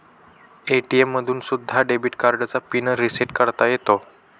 ATM मधून सुद्धा debit कार्डचा पिन रिसेट करता येतो